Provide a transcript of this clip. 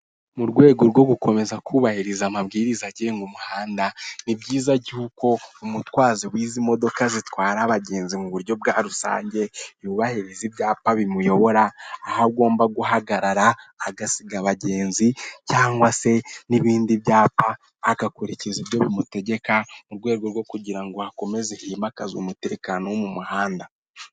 Mu rwego rwo gukomeza kubahiriza amabwiriza agenga umuhanda ni byiza y'uko umutwazi wize modoka zitwara abagenzi mu buryo bwa rusange yubahiriza ibyapa bimuyobora, aho agomba guhagarara agasiga abagenzi cyangwa se n'ibindi byapa agakurikiza ibyo bimutegeka mu rwego rwo kugira ngo akomeze himakazwe umutekano wo mu muhanda.